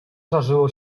żarzyło